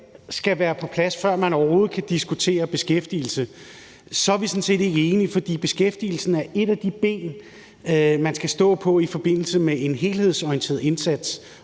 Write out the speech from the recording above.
skal være på plads, før man overhovedet kan diskutere beskæftigelse, så ikke er enige. For beskæftigelsen er et af de ben, man skal stå på i forbindelse med en helhedsorienteret indsats